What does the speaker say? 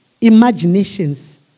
imaginations